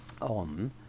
On